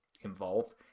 involved